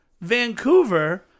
Vancouver